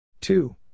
Two